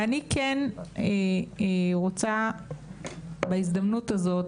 ואני כן רוצה בהזדמנות הזו,